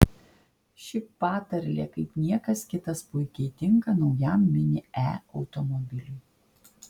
ši patarlė kaip niekas kitas puikiai tinka naujam mini e automobiliui